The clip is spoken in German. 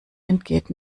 entgeht